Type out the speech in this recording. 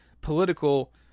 political